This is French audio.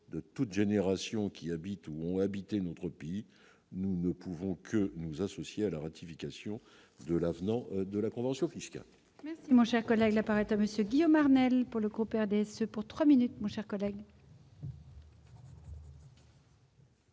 de toutes générations qui habite où habiter notre pays, nous ne pouvons que nous associer à la ratification de l'avenant de la convention fiscale. Mon cher collègue, la Pareto Monsieur Guillaume Arnell pour le, on perdait et ce pour 3 minutes-moi